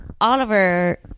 Oliver